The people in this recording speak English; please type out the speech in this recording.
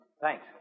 thanks